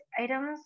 items